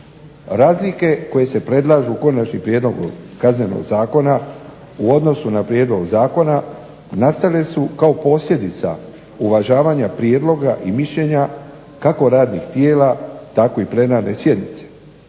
Razlike koje se predlažu Konačnim prijedlogom kaznenog zakona u odnosu na prijedlog zakona nastale su kao posljedica uvažavanja prijedloga i mišljenja kako radnih tijela tako i plenarne sjednice.